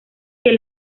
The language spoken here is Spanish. que